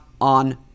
On